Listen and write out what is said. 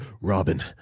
Robin